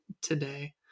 today